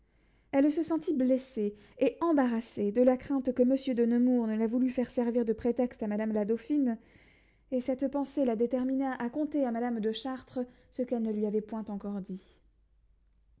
elle se sentit blessée et embarrassée de la crainte que monsieur de nemours ne la voulût faire servir de prétexte à madame la dauphine et cette pensée la détermina à conter à madame de chartres ce qu'elle ne lui avait point encore dit